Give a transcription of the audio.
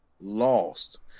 lost